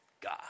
God